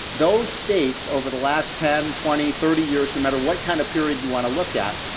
those states over the last ten, twenty, thirty years no matter what kind of period you want to look at,